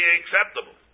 acceptable